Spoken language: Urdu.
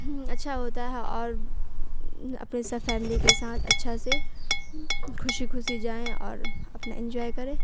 اچھا ہوتا ہے اور اپنی سب فیملی کے ساتھ اچھا سے خوشی خوشی جائیں اور اپنا انجوائے کریں